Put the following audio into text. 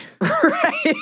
Right